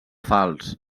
falç